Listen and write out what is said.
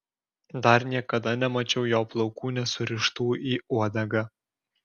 dar niekada nemačiau jo plaukų nesurištų į uodegą